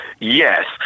Yes